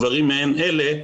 דברים מעין אלה,